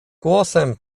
głosem